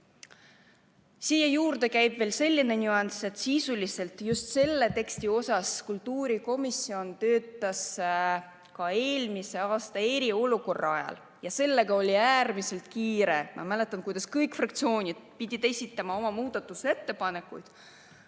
Siia juurde käib veel selline nüanss, et sisuliselt just selle tekstiga kultuurikomisjon töötas ka eelmise aasta eriolukorra ajal ja sellega oli äärmiselt kiire. Ma mäletan, kuidas kõik fraktsioonid pidid esitama oma muudatusettepanekud.